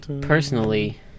personally